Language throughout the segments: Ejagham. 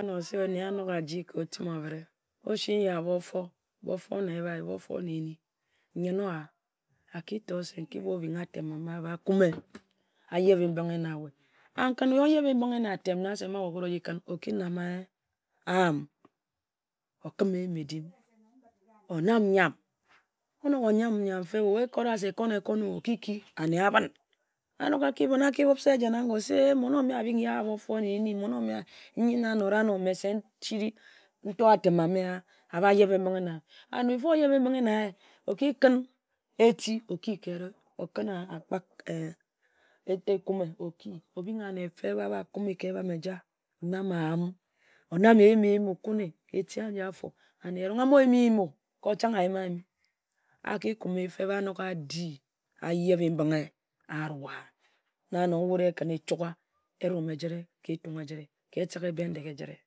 Anor se nne anok aji ka otim ore. Osi nya bo-for, bo-for na ebhi, bo-for na ehni nyen-owa a ki tor se nkip-obing atem a-ma a ba kome a yebe-mbing na we. And we oyebe-mbing na atem na se ma oki-ruwe oji kǝn oki nam ǝam, onam nyam, onok o-nam nyam feb, se ekong ekong-o, oki ki, ane a-ben anok aki ben, aki beb se agoe njen, se mon-ome asi nya bo-for, bo-for na ehni, nji na me se atem ahba yebe-ming he na, before oyebe-mbinghe na yei, o ki kǝn eti oki ka ehre, okǝn a kpa ee ekume oki obing ane feb a-bha kume ka ebam eja, onam ǝam, onam eyim eyim okunne ka eti aji-afor ane erong, a mo yie-mi n-yim o, anok adi a-yebe mbinghe aruwa na nong wut ekǝn-na ekehugha eriom ejit re ka Etung ejitre ka etek ejitre, ka Bendeghe ejit re,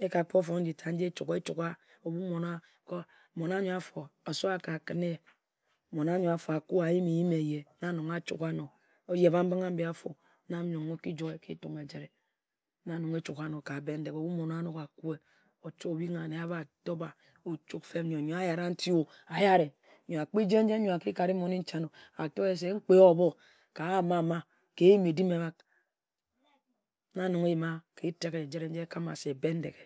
eka fon nji tat nji echugha, echugha ka mona yor-afo, Obasi a-ka kǝnni ye, na nong a Chugha-ano. Oyebe-mbinghe a-mbi afo ano, na nong eki joi ka Etung eji t-e, ochugha anor ka Bendeghe, o-bu mon-anok akue, obing ane a-ba tob-ba nne yor ayara nti-o, ayare nyor akpi jen-jen-o akare ator se na-kpe wa ohbo ka eyim edim-o, ka ǝam o na nong eyima ka etek ejit re nji ekama se Bendeghe.